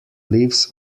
lives